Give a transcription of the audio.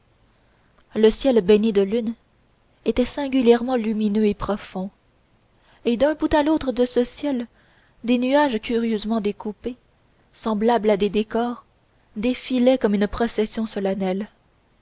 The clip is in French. le ciel baigné de lune était singulièrement lumineux et profond et d'un bout à l'autre de ce ciel des nuages curieusement découpés semblables à des décors défilaient comme une procession solennelle